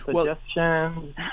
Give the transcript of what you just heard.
suggestions